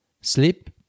sleep